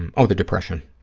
and oh, the depression.